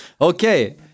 Okay